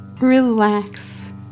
Relax